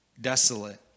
desolate